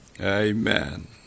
Amen